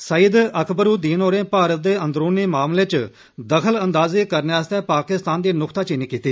सईद अकबरुदीन होरें भारत दे अंदरुनी मामलें च दखलअंदाजी करने आस्तै पाकिस्तान दी नुक्ताचीनी कीती